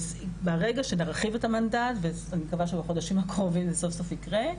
ברגע שנרחיב את המנדט ואני מקווה שבחודשים הקרובים זה יקרה,